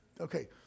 Okay